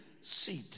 seat